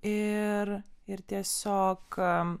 ir ir tiesiog